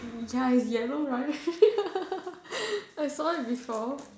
ya is yellow right I saw it before